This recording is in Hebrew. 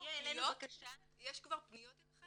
כשתגיע אלינו בקשה --- יש כבר פניות אליכם?